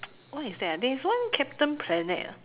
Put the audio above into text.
what is that ah there is one captain planet ah